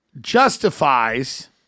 justifies